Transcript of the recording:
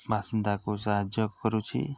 ବାସିନ୍ଦାକୁ ସାହାଯ୍ୟ କରୁଛି